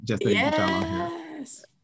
Yes